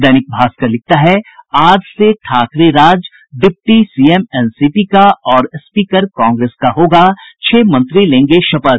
दैनिक भास्कर लिखता है आज से ठाकरे राज डिप्टी सीएम एनसीपी का और स्पीकर कांग्रेस का होगा छह मंत्री लेंगे शपथ